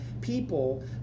people